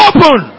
Open